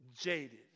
jaded